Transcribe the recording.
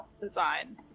design